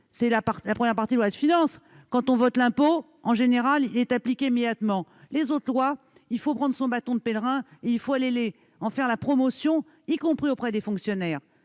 leurs premières parties. Quand on vote l'impôt, en général, il est appliqué immédiatement. Quant aux autres lois, il faut prendre son bâton de pèlerin pour aller en faire la promotion, y compris auprès des fonctionnaires.